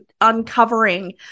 uncovering